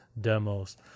demos